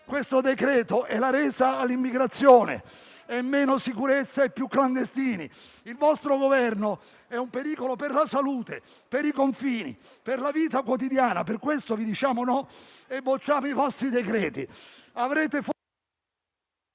questo decreto è la resa all'immigrazione, è meno sicurezza e più clandestini, il vostro Governo è un pericolo per la salute, per i confini, per la vita quotidiana. Per questo vi diciamo no e bocciamo i vostri decreti.